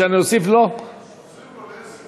תוסיף לו, עשר.